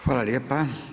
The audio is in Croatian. Hvala lijepa.